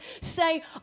say